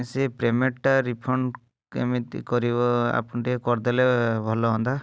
ଆଉ ସେ ପ୍ୟାମେଣ୍ଟ ଟା ରିଫଣ୍ଡ୍ କେମିତି କରିହେବ ଆପଣ ଟିକେ କରିଦେଲେ ଭଲ ହୁଅନ୍ତା